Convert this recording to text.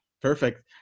perfect